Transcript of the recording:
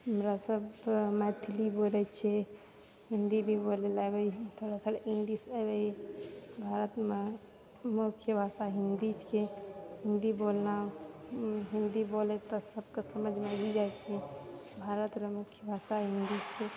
हमरासब तऽ मैथिलि बोलै छी हिन्दी भी बोलैला आबै छै थोड़ा थोड़ा इंग्लिश आबै भारतमे मुख्य भाषा हिन्दी छियै हिन्दी बोलना हिन्दी बोलै तऽ सबके समझमे आबि जाइ छै भारत रऽ मुख्य भाषा हिन्दी छै